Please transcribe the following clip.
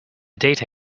data